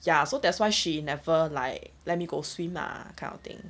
ya so that's why she never like let me go swim ah kind of thing